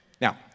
Now